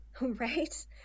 right